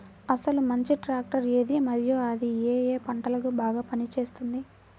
అసలు మంచి ట్రాక్టర్ ఏది మరియు అది ఏ ఏ పంటలకు బాగా పని చేస్తుంది?